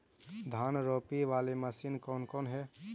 धान रोपी बाला मशिन कौन कौन है?